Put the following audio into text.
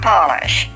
Polish